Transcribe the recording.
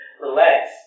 relax